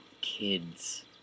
kids